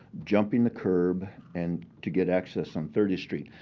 jumping the curb, and to get access on thirtieth street.